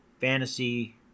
fantasy